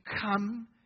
come